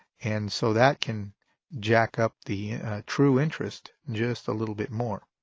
and so that can jack up the true interest just a little bit more.